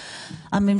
המשכי?